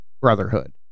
brotherhood